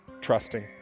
trusting